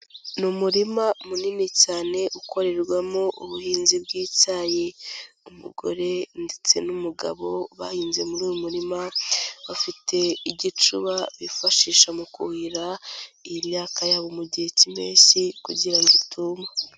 Ni umurima munini cyane, ukorerwamo ubuhinzi bw'icyayi, umugore ndetse n'umugabo bahinze muri uyu murima, bafite igicuba bifashisha mu kuhira iyi myaka yabo mu gihe cy'impeshyi kugira ngo ituma.